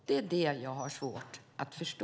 Det är det jag har svårt att förstå.